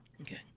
Okay